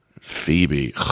Phoebe